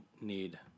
need